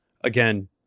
Again